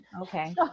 Okay